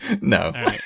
No